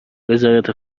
وزارت